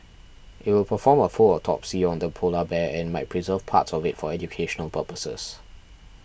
it will perform a full autopsy on the polar bear and might preserve parts of it for educational purposes